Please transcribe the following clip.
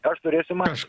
aš turėsiu mažinti